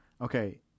okay